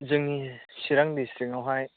जोंनि चिरां डिसथ्रिकआवहाय